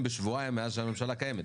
כאלה בשבועיים שלושה מאז שהממשלה קיימת.